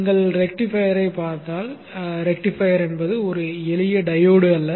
நீங்கள் ரெக்டிஃபையரைப் பார்த்தால் ரெக்டிஃபையர் என்பது ஒரு எளிய டையோடு அல்ல